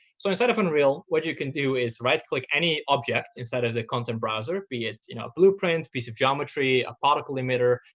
so inside of unreal, what you can do is right click any object inside of the content browser be it you know a blueprint, piece of geometry, a particle emitter,